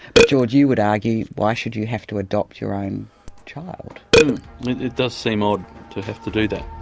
but george, you, you would argue why should you have to adopt your own child. yes, it does seem odd to have to do that.